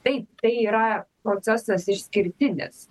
taip tai yra procesas išskirtinis